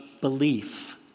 belief